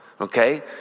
okay